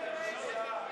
ביטול מס רכישה),